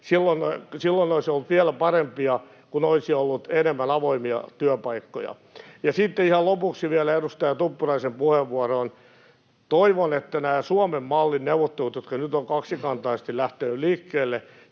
silloin olisi ollut vielä parempi, kun olisi ollut enemmän avoimia työpaikkoja. Sitten ihan lopuksi vielä edustaja Tuppuraisen puheenvuoroon. Toivon, että nämä Suomen mallin neuvottelut, jotka nyt ovat kaksikantaisesti lähteneet liikkeelle,